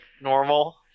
normal